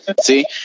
see